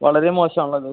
വളരെ മോശമാണല്ലോ ഇത്